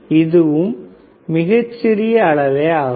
இதுவும் மிக மிகச்சிறிய அளவே ஆகும்